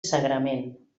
sagrament